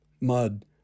Mud